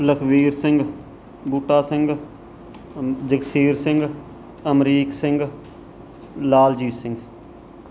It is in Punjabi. ਲਖਵੀਰ ਸਿੰਘ ਬੂਟਾ ਸਿੰਘ ਜਗਸੀਰ ਸਿੰਘ ਅਮਰੀਕ ਸਿੰਘ ਲਾਲਜੀਤ ਸਿੰਘ